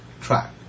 track